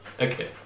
Okay